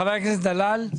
חבר הכנסת דלל.